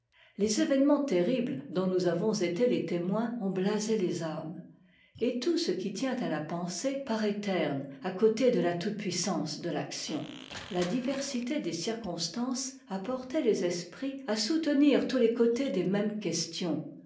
les événements terribles dont nous avons été les témoins ont blasé les âmes et tout ce qui tient à la pensée parait terne à côté de la toute-puissance de faction la diversité des circonstances a porté les esprits à soutenir tous les côtés des mêmes questions